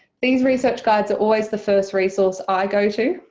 these research guides are always the first resource i go to,